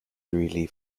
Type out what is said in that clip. greeley